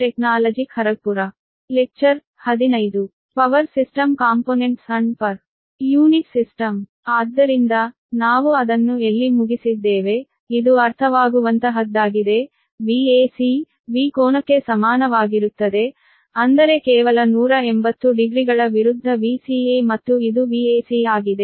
P power system components and per unit system ಇದು ಅರ್ಥವಾಗುವಂತಹದ್ದಾಗಿದೆ Vac V ಕೋನಕ್ಕೆ ಸಮಾನವಾಗಿರುತ್ತದೆ ಅಂದರೆ ಕೇವಲ 180 ಡಿಗ್ರಿಗಳ ವಿರುದ್ಧ Vca ಮತ್ತು ಇದು Vac ಆಗಿದೆ